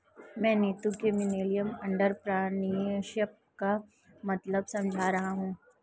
मैं नीतू को millennial entrepreneurship का मतलब समझा रहा हूं